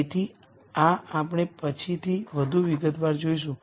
તેથી આ આપણે પછીથી વધુ વિગતવાર જોઈશું